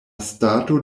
stato